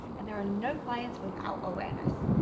and there are no clients without awareness.